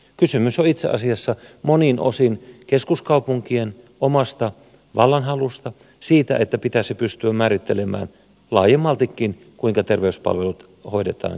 kysymys on itse asiassa monin osin keskuskaupunkien omasta vallanhalusta siitä että pitäisi pystyä määrittelemään laajemmaltikin kuinka terveyspalvelut hoidetaan ja järjestetään